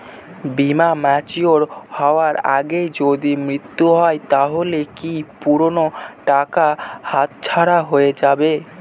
বীমা ম্যাচিওর হয়ার আগেই যদি মৃত্যু হয় তাহলে কি পুরো টাকাটা হাতছাড়া হয়ে যাবে?